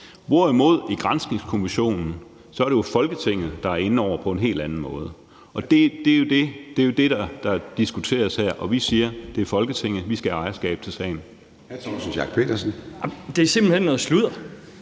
hvorimod det i Granskningskommissionen er Folketinget, der er inde over på en helt anden måde. Det er jo det, der diskuteres her, og vi siger, det er Folketinget, altså at vi skal have ejerskab til sagen. Kl. 16:16 Formanden